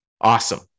Awesome